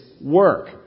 work